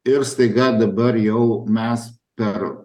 ir staiga dabar jau mes per